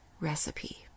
recipe